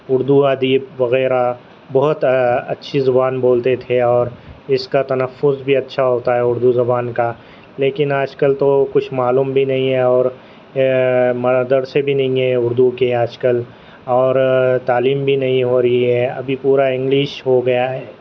اردو ادیب وغیرہ بہت اچھی زبان بولتے تھے اور اس کا تلفظ بھی اچھا ہوتا ہے اردو زبان کا لیکن آج کل تو کچھ معلوم بھی نہیں ہے اور مدرسے بھی نہیں ہیں اردو کے آج کل اور تعلیم بھی نہیں ہو رہی ہے ابھی پورا انگلش ہو گیا ہے